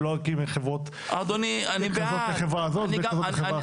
ולא רק עם חברה עם החברה הזאת וזאת עם החברה האחרת.